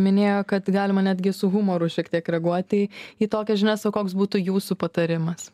minėjo kad galima netgi su humoru šiek tiek reaguoti į tokias žinias o koks būtų jūsų patarimas